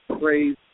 praise